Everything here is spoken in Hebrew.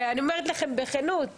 אני אומרת לכם בכנות,